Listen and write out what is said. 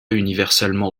universellement